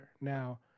Now